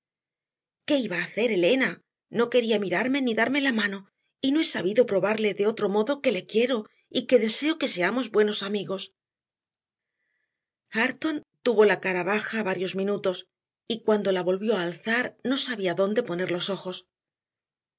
qué iba a hacer elena no quería mirarme ni darme la mano y no he sabido probarle de otro modo que le quiero y que deseo que seamos buenos amigos hareton tuvo la cara baja varios minutos y cuando la volvió a alzar no sabía dónde poner los ojos